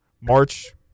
March